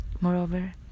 Moreover